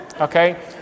Okay